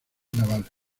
naval